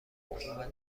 اومدم